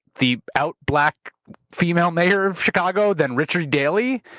the out black female mayor of chicago, than richard daley?